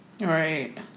Right